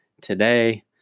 today